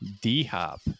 D-Hop